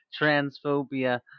transphobia